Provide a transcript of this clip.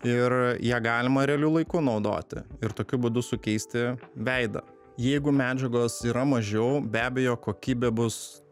ir ją galima realiu laiku naudoti ir tokiu būdu sukeisti veidą jeigu medžiagos yra mažiau be abejo kokybė bus